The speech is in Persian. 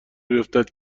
بیفتد